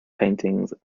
paintings